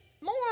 more